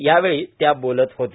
यावेळी त्या बोलत होत्या